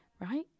right